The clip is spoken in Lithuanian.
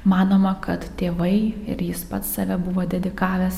manoma kad tėvai ir jis pats save buvo dedikavęs